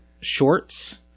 shorts